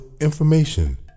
information